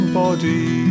body